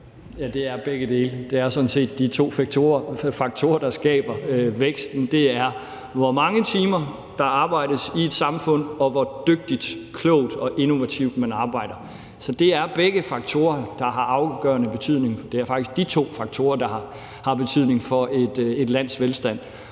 Ja, det er begge dele. Det er sådan set de to faktorer, der skaber væksten, og det er, hvor mange timer der arbejdes i et samfund, og hvor dygtigt, klogt og innovativt man arbejder. Så det er begge faktorer, der har afgørende betydning. Det er faktisk de to faktorer, der har betydning for et lands velstand.